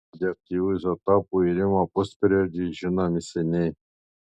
radioaktyvių izotopų irimo pusperiodžiai žinomi seniai